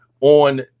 on